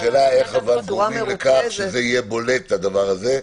השאלה איך גורמים לכך שזה יהיה בולם את הדבר הזה.